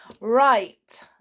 Right